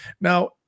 Now